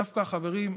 דווקא החברים,